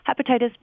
hepatitis